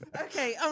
Okay